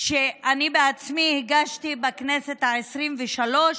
שאני בעצמי הגשתי בכנסת העשרים-ושלוש